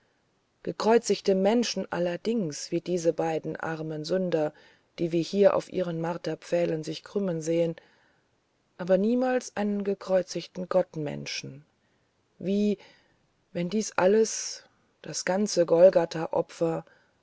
gekreuzigte menschen allerdings wie diese beiden armen sünder die wir hier auf ihren marterpfählen sich krümmen sehen aber niemals einen gekreuzigten gottmenschen wie wenn dies alles das ganze